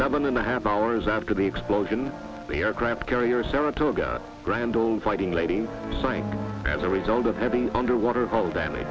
seven and a half hours after the explosion the aircraft carrier saratoga a grand old fighting lady signed as a result of having underwater hold and